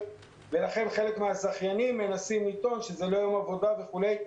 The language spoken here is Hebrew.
ולכן חלק מן הזכיינים מנסים לטעון שזה לא יום עבודה וכולי,